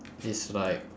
it's like